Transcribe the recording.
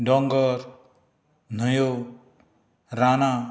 दोंगर न्हंयो रानां